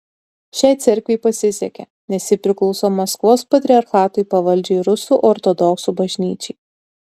šiai cerkvei pasisekė nes ji priklauso maskvos patriarchatui pavaldžiai rusų ortodoksų bažnyčiai